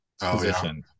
position